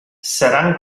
seran